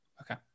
Okay